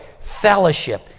fellowship